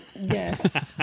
Yes